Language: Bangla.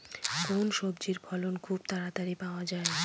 কোন সবজির ফলন খুব তাড়াতাড়ি পাওয়া যায়?